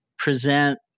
present